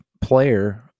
player